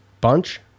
Bunch